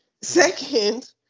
Second